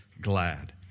glad